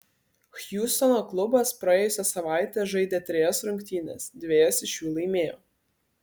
hjustono klubas praėjusią savaitę žaidė trejas rungtynes dvejas iš jų laimėjo